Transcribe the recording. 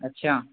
اچھا